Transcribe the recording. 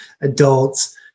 adults